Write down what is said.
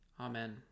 Amen